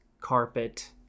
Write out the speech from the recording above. carpet